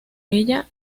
ella